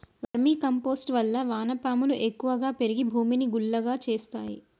vermi compost వల్ల వాన పాములు ఎక్కువ పెరిగి భూమిని గుల్లగా చేస్తాయి